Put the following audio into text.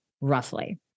roughly